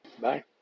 Bye